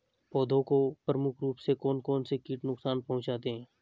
पौधों को प्रमुख रूप से कौन कौन से कीट नुकसान पहुंचाते हैं?